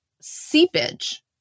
seepage